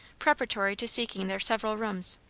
preparatory to seeking their several rooms.